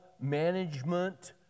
management